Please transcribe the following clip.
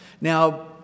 Now